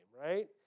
right